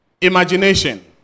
imagination